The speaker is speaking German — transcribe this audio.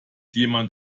jemand